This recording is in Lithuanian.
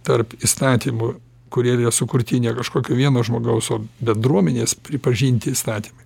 tarp įstatymų kurie yra sukurti ne kažkokio vieno žmogaus o bendruomenės pripažinti įstatymai